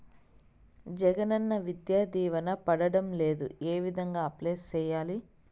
జగనన్న విద్యా దీవెన పడడం లేదు ఏ విధంగా అప్లై సేయాలి